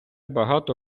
багато